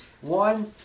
one